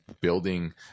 building